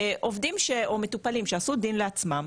עובדים או מטופלים שעשו דין לעצמם,